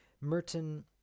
Merton